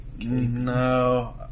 No